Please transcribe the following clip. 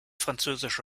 französische